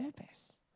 purpose